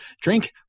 drink